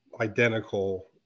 identical